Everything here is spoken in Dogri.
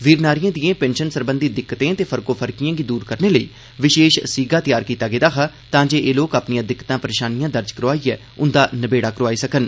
वीरनारियें दियें पेन्शनें सरबंधी दिक्कतें ते फर्को फर्कीयें गी दूर करने लेई विशेष सीगा त्यार कीता गेदा हा तां जे एह लोक अपनियां दिक्कतां दर्ज कराइयै उन्दा नबेड़ा कराई सकन